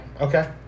Okay